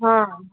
ہاں